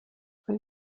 über